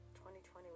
2020